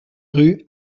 rue